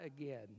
again